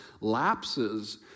lapses